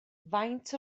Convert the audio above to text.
faint